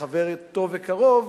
כחבר טוב וקרוב,